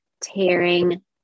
tearing